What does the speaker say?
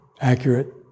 accurate